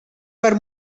per